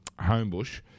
Homebush